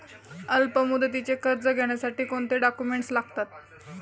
अल्पमुदतीचे कर्ज घेण्यासाठी कोणते डॉक्युमेंट्स लागतात?